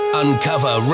uncover